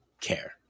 care